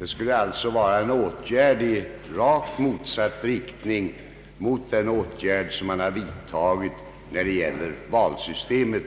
Det skulle bli en åtgärd i rakt motsatt riktning mot de som vidtagits beträffande valsystemet.